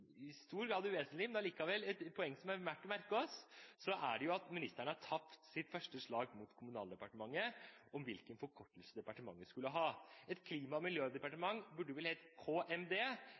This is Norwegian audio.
er verdt å merke seg, er at ministeren har tapt sitt første slag mot Kommunaldepartementet om hvilken forkortelse departementet skal ha. Et klima- og miljødepartement